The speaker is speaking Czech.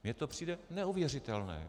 Mně to přijde neuvěřitelné.